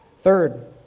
third